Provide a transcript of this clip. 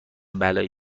بلایی